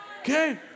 Okay